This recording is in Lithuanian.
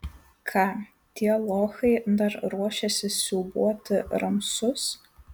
ką tie lochai dar ruošiasi siūbuoti ramsus